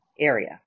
Area